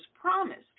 promised